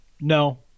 no